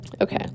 Okay